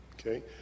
Okay